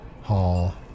Hall